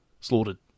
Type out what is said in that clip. slaughtered